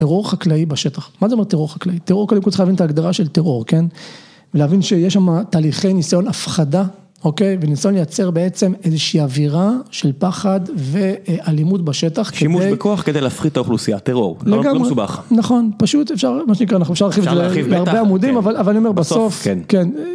טרור חקלאי בשטח, מה זה אומר טרור חקלאי? טרור קודם כל צריך להבין את ההגדרה של טרור, כן? ולהבין שיש שם תהליכי ניסיון הפחדה, אוקיי? וניסיון לייצר בעצם איזושהי אווירה של פחד ואלימות בשטח. שימוש בכוח כדי להפחיד את האוכלוסייה, טרור. לגמרי, נכון, פשוט אפשר, מה שנקרא, אפשר להרחיב את זה להרבה עמודים, אבל אני אומר בסוף, כן.